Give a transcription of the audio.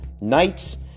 Knights